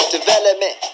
Development